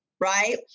right